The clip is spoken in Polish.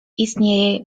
istnieje